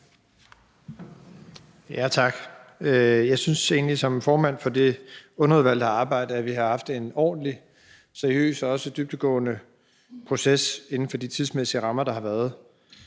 (S): Tak. Jeg synes egentlig som formand for det underudvalg, der har arbejdet, at vi har haft en ordentlig, seriøs og også dybdegående proces inden for de tidsmæssige rammer, der har været.